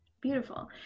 Beautiful